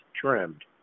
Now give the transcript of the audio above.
trimmed